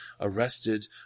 arrested